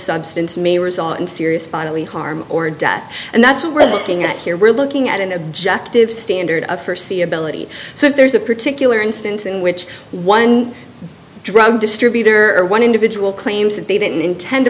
substance may result in serious bodily harm or death and that's what we're looking at here we're looking at an objective standard for c ability so if there's a particular instance in which one drug distributor one individual claims that they didn't intend